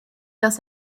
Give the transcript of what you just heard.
dass